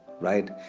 right